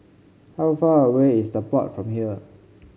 how far away is The Pod from here